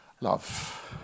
love